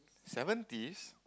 seventies